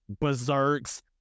Berserks